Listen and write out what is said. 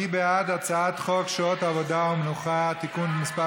מי בעד הצעת חוק שעות עבודה ומנוחה (תיקון מס'